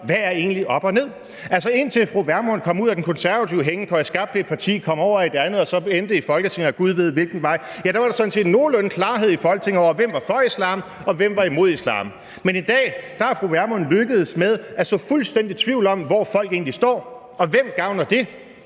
hvad der egentlig er op og ned. Altså, indtil fru Vermund kom ud af den konservative hængekøje, skabte et parti, kom over i et andet og så endte i Folketinget ad gud ved hvilken vej, var der sådan set nogenlunde klarhed i Folketinget om, hvem der var for islam, og hvem der var imod islam. Men i dag er fru Vermund lykkedes med at så fuldstændig tvivl om, hvor folk egentlig står. Og hvem gavner det?